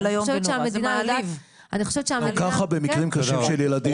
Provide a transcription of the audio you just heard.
אני חושבת שהמדינה ------ גם ככה במקרים קשים של ילדים,